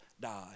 died